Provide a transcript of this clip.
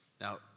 Now